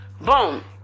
Boom